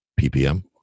PPM